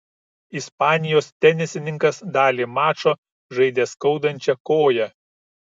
ispanijos tenisininkas dalį mačo žaidė skaudančia koja